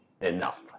enough